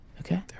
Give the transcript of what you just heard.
Okay